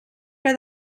que